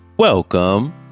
Welcome